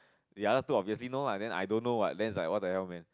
the other two I guess you know lah then I don't know what that is like what the hell man